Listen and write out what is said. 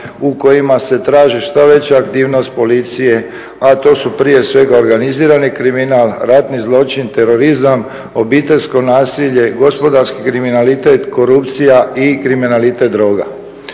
u kojima se traži što veća aktivnost policije, a to su prije svega organizirani kriminal, ratni zločin, terorizam, obiteljsko nasilje, gospodarski kriminalitet, korupcija i kriminalitet droga.